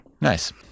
Nice